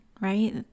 right